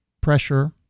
pressure